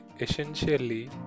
Essentially